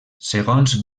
segons